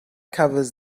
covers